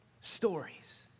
Stories